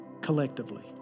collectively